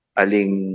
aling